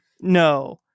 No